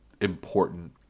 important